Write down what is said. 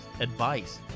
advice